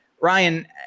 Ryan